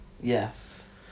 Yes